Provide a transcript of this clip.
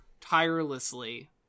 tirelessly